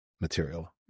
material